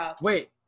Wait